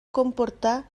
comportar